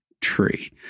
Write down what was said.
tree